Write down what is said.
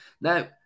Now